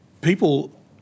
people